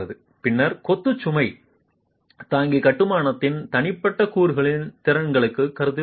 பின்னர் கொத்து சுமை தாங்கி கட்டுமானத்தில் தனிப்பட்ட கூறுகளின் திறன்களையும் கருத்தில் கொள்ளுங்கள்